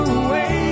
away